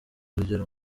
urugero